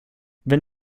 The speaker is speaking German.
wenn